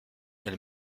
elle